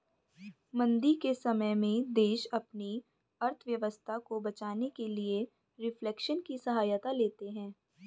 मंदी के समय में देश अपनी अर्थव्यवस्था को बचाने के लिए रिफ्लेशन की सहायता लेते हैं